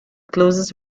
closest